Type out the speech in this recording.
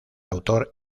autor